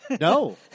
no